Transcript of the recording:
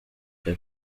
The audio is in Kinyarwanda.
cya